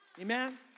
Amen